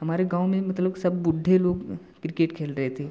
हमारे गाँव में मतलब सब बूढ़े लोग क्रिकेट खेल रहे थे